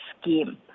scheme